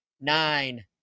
nine